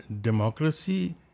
democracy